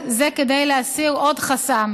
וזה כדי להסיר עוד חסם